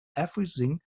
everything